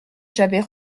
j’avais